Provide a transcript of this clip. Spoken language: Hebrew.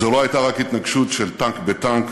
זו לא הייתה רק התנגשות של טנק בטנק,